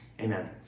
amen